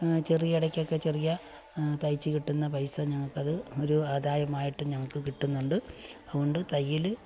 ചെറിയ ഇടയ്കൊക്കെ ചെറിയ തയ്ച്ചു കിട്ടുന്ന പൈസ ഞങ്ങൾക്ക് അത് ഒരു ആദായമായിട്ട് ഞങ്ങൾക്ക് കിട്ടുന്നുണ്ട് അതുകൊണ്ട് തയ്യൽ